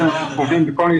לא, אתה טועה.